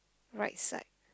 right side